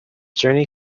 journey